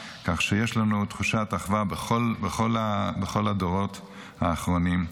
כך שיש לנו תחושת אחווה בכל הדורות האחרונים.